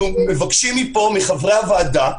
חברים, אנחנו מבקשים מחברי הוועדה,